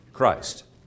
Christ